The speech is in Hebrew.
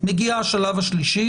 מגיע השלב השלישי